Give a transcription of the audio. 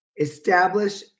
establish